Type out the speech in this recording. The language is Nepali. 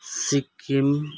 सिक्किम